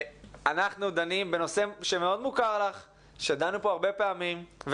אנחנו דנים בנושא שמוכר לך מאוד ושדנו בו הרבה פעמים,